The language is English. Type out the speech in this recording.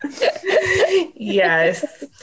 yes